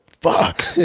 Fuck